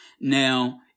Now